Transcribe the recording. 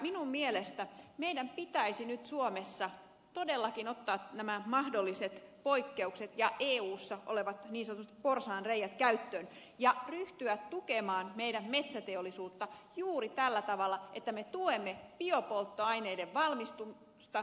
minun mielestäni meidän pitäisi nyt suomessa todellakin ottaa nämä mahdolliset poikkeukset ja eussa olevat niin sanotut porsaanreiät käyttöön ja ryhtyä tukemaan meidän metsäteollisuutta juuri tällä tavalla että me tuemme biopolttoaineiden valmistusta